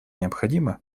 необходимо